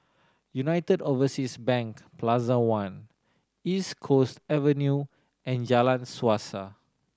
United Overseas Bank Plaza One East Coast Avenue and Jalan Suasa